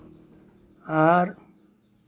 ᱟᱨ